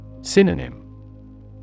Synonym